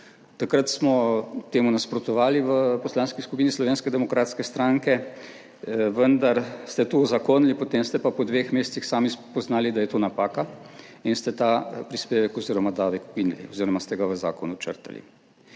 Takrat smo temu nasprotovali v Poslanski skupini Slovenske demokratske stranke, vendar ste to uzakonili, potem ste pa po dveh mesecih sami spoznali, da je to napaka in ste ta prispevek oziroma davek ukinili oziroma ste ga v zakonu črtali.